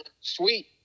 Sweet